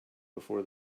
before